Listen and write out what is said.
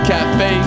Cafe